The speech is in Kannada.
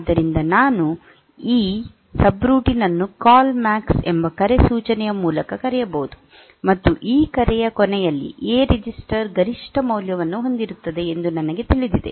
ಆದ್ದರಿಂದ ನಾನು ಈ ಸಬ್ರುಟೀನ್ ಅನ್ನು ಕಾಲ್ ಮ್ಯಾಕ್ಸ್ ಎಂಬ ಕರೆ ಸೂಚನೆಯ ಮೂಲಕ ಕರೆಯಬಹುದು ಮತ್ತು ಈ ಕರೆಯ ಕೊನೆಯಲ್ಲಿ ಎ ರಿಜಿಸ್ಟರ್ ಗರಿಷ್ಠ ಮೌಲ್ಯವನ್ನು ಹೊಂದಿರುತ್ತದೆ ಎಂದು ನಮಗೆ ತಿಳಿದಿದೆ